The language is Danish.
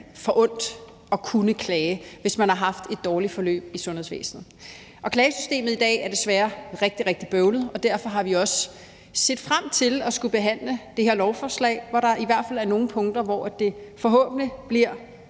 forundt at kunne klage, hvis man har haft et dårligt forløb i sundhedsvæsenet. Klagesystemet i dag er desværre rigtig, rigtig bøvlet, og derfor har vi også set frem til at skulle behandle det her lovforslag, hvor der i hvert fald er nogle punkter, som gør, at det forhåbentlig bliver